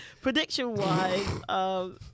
Prediction-wise